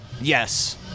Yes